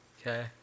okay